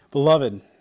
Beloved